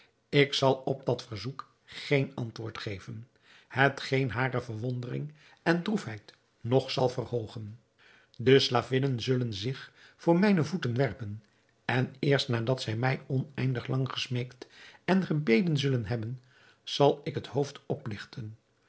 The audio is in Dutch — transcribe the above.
ik zal op dat verzoek geen antwoord geven hetgeen hare verwondering en droefheid nog zal verhoogen de slavinnen zullen zich voor mijne voeten werpen en eerst nadat zij mij oneindig lang gesmeekt en gebeden zullen hebben zal ik het hoofd opligten